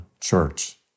church